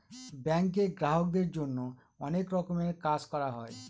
ব্যাঙ্কে গ্রাহকদের জন্য অনেক রকমের কাজ করা হয়